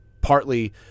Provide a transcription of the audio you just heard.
partly